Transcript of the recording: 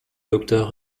docteur